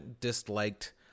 disliked